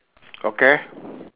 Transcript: okay